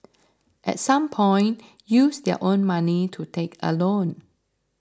at some point use their own money to take a loan